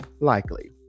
likely